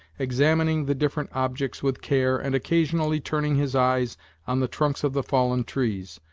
examining the different objects with care, and occasionally turning his eyes on the trunks of the fallen trees,